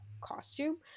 costume